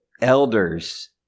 elders